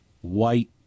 white